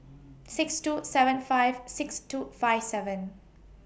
six two seven five six two five seven